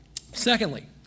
Secondly